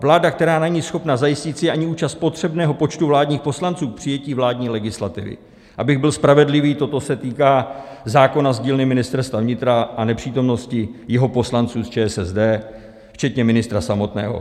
Vláda, která není schopna zajistit si ani účast potřebného počtu vládních poslanců k přijetí vládní legislativy, abych byl spravedlivý, toto se týká zákona z dílny Ministerstva vnitra a nepřítomnosti jeho poslanců z ČSSD, včetně ministra samotného.